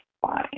fine